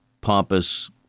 pompous